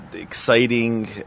exciting